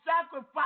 sacrifice